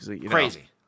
Crazy